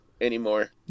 anymore